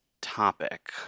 topic